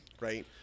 right